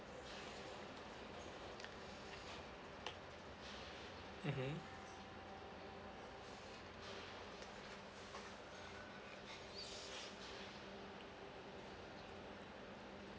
mmhmm